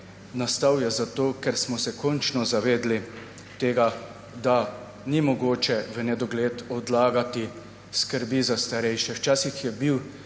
nastal je zato, ker smo se končno zavedeli tega, da ni mogoče v nedogled odlagati skrbi za starejše. Včasih je